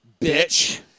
Bitch